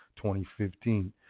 2015